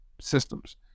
systems